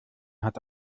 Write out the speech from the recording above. hat